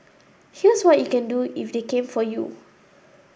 here's what you can do if they came for you